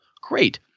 Great